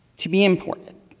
to be imported.